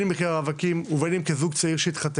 אם כרווקים או בין אם זה זוג צעיר שהתחתן,